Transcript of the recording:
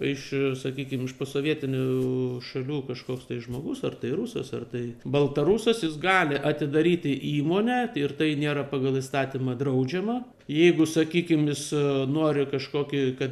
iš sakykim iš posovietinių šalių kažkoks tai žmogus ar tai rusas ar tai baltarusas jis gali atidaryti įmonę ir tai nėra pagal įstatymą draudžiama jeigu sakykim jis nori kažkokį kad